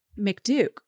McDuke